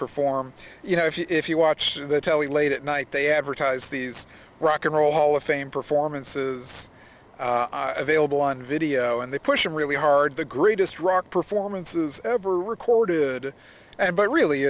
perform you know if you watch the telly late at night they advertise these rock and roll hall of fame performances available on video and they push really hard the greatest rock performances ever recorded and but really